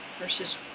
versus